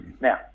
Now